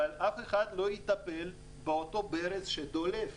אבל אף אחד לא יטפל באותו ברז שדולף